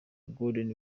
golden